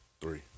Three